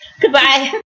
Goodbye